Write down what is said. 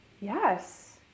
Yes